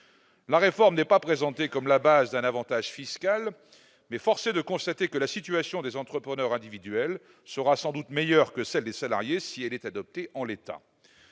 la réforme n'est pas présentée comme la base d'un Avantage fiscal mais force est de constater que la situation des entrepreneurs individuels sera sans doute meilleure que celle des salariés, si elle est adoptée en l'état